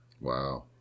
Wow